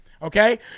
Okay